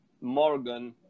Morgan